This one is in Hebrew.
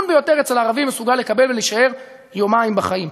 ביותר אצל הערבים מסוגל לקבל ולהישאר יומיים בחיים,